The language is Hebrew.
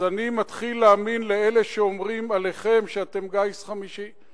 אז אני מתחיל להאמין לאלה שאומרים עליכם שאתם גיס חמישי.